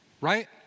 Right